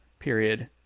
period